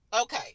Okay